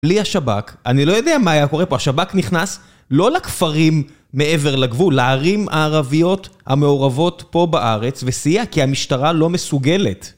בלי השב"כ, אני לא יודע מה קורה פה, השב"כ נכנס לא לכפרים מעבר לגבול, לערים הערביות המעורבות פה בארץ, וסייע כי המשטרה לא מסוגלת.